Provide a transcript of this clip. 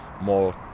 more